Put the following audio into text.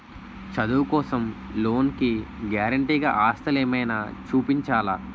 చదువు కోసం లోన్ కి గారంటే గా ఆస్తులు ఏమైనా చూపించాలా?